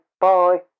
Bye